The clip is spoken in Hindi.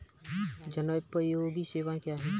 जनोपयोगी सेवाएँ क्या हैं?